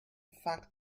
fact